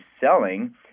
selling